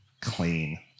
clean